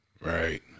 Right